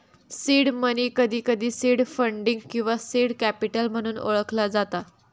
seed money, कधीकधी seed funding किंवा seed capital म्हणून ओळखला जाता